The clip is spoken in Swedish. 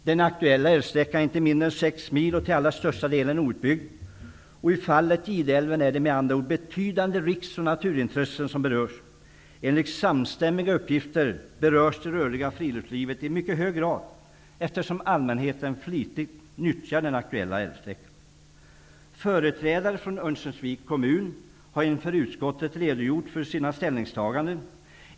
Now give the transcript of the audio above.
Den aktuella älvsträckan är inte mindre än 6 mil och är till allra största delen outbyggd. I fallet Gideälven är det med andra ord betydande riks och naturintressen som berörs. Enligt samstämmiga uppgifter berörs i mycket hög grad det rörliga friluftslivet, eftersom allmänheten flitigt utnyttjar den aktuella älvsträckan. Företrädare för Örnsköldsviks kommun har inför utskottet redogjort för sina ställningstaganden.